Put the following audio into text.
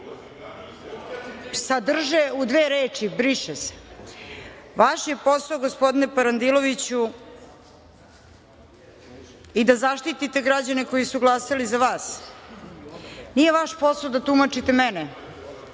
sadrže u dve reči – briše se. Vaš je posao, gospodine Parandiloviću, i da zaštitite građane koji su glasali za vas. Nije vaš posao da tumačite mene,